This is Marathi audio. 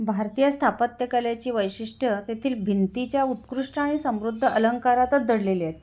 भारतीय स्थापत्यकलेची वैशिष्ट्य तेथील भिंतीच्या उत्कृष्ट आणि समृद्ध अलंकारातच दडलेले आहेत